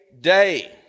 day